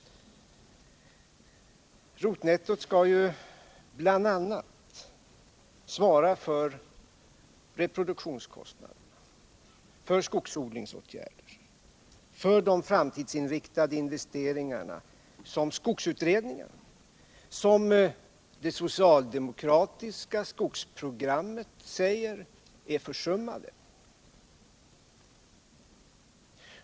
Detta netto skall bl.a. svara för reproduktionskostnader, för skogsodlingsåtgärder och för framtidsinriktade investeringar. Skogsutredningar och även det socialdemokratiska skogsprogrammet säger att dessa investeringar är försummade.